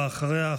ואחריה,